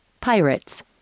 Pirates